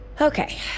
Okay